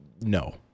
No